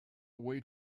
away